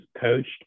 coached